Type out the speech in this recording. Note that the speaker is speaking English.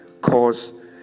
cause